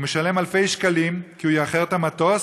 והוא משלם אלפי שקלים כי הוא יאחר את המטוס,